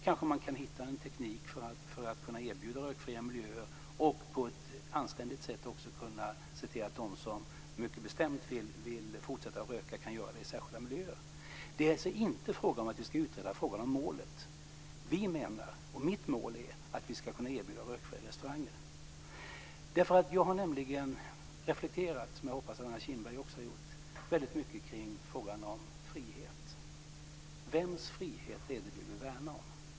Kanske kan man hitta en teknik för att kunna erbjuda rökfria miljöer och för att på ett anständigt sätt se till att de som mycket bestämt vill fortsätta att röka kan göra det i särskilda miljöer. Det är alltså inte fråga om att vi ska utreda frågan om målet. Vi menar, och detta är mitt mål, att vi ska kunna erbjuda rökfria restauranger. Jag har nämligen reflekterat väldigt mycket - jag hoppas att också Anna Kinberg har gjort det - kring frågan om frihet. Vems frihet är det som vi vill värna om?